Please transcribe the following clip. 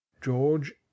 george